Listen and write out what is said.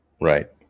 Right